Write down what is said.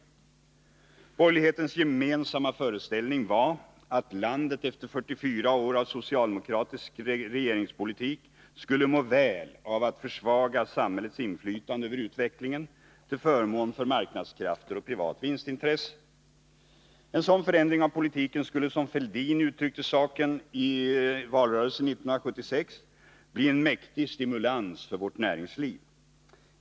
Borgerlighetens gemensamma föreställning var att landet efter 44 år av socialdemokratisk regeringspolitik skulle må väl av att samhällets inflytande över utvecklingen försvagades, till förmån för marknadskrafter och privat vinstintresse. En sådan förändring av politiken skulle, som Thorbjörn Fälldin uttryckte saken i valrörelsen 1976, bli en mäktig stimulans för vårt näringsliv.